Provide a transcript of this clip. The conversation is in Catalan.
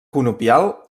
conopial